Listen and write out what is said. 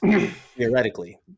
theoretically